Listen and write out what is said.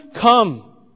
come